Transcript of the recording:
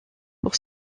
pour